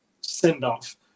send-off